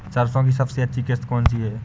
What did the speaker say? सरसो की सबसे अच्छी किश्त कौन सी है?